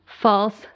False